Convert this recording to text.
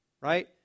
right